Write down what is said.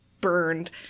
burned